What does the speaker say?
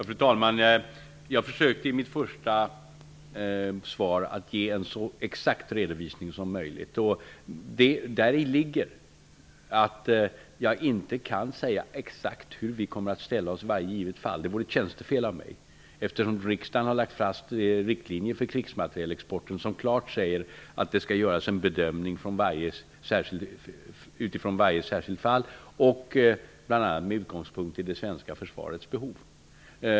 Fru talman! Jag försökte i mitt första svar att ge en så precis redovisning som möjligt. Däri ligger att jag inte exakt kan säga hur vi kommer att ställa oss i varje enskilt fall. Det vore tjänstefel av mig, eftersom riksdagen har lagt fast riktlinjer för krigsmaterielexporten som klart säger att det skall göras en bedömning vid varje enskilt fall, bl.a. med utgångspunkt i det svenska försvarets behov.